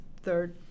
Third